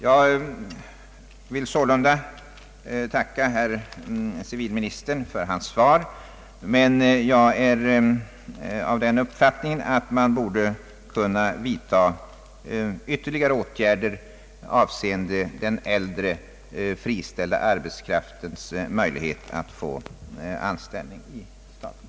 Jag vill sålunda tacka civilministern för hans svar, men jag vill hävda den uppfattningen att ytterligare åtgärder borde kunna vidtas i fråga om den äldre friställda arbetskraftens möjlighet att få anställning hos staten.